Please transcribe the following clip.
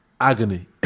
agony